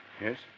Yes